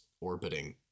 orbiting